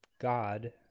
God